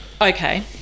Okay